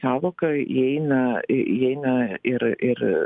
sąvoką įeina įeina ir ir